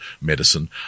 medicine